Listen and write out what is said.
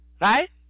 right